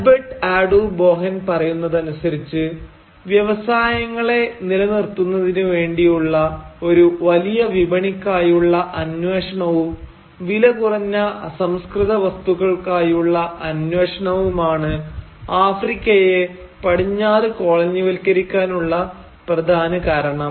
Albert Adu Boahen പറയുന്നതനുസരിച്ച് വ്യവസായങ്ങളെ നിലനിർത്തുന്നതിന് വേണ്ടിയുള്ള ഒരു വലിയ വിപണിക്കായുള്ള അന്വേഷണവും വിലകുറഞ്ഞ അസംസ്കൃത വസ്തുക്കൾക്കായുള്ള അന്വേഷണവുമാണ് ആഫ്രിക്കയെ പടിഞ്ഞാറ് കോളനിവത്കരിക്കാനുള്ള പ്രധാന കാരണം